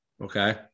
Okay